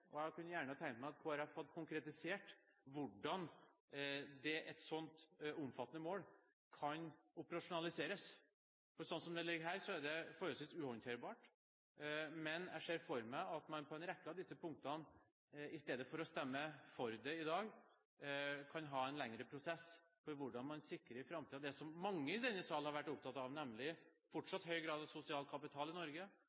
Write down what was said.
formulert. Jeg kunne gjerne ha tenkt meg at Kristelig Folkeparti hadde konkretisert hvordan et sånt omfattende mål kan operasjonaliseres, for sånn som det ligger her, er det forholdsvis uhåndterbart. Men jeg ser for meg at man på en rekke av disse punktene, i stedet for å stemme for det i dag, kan ha en lengre prosess for hvordan man i framtiden sikrer det som mange i denne salen har vært opptatt av, nemlig